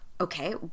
Okay